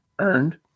earned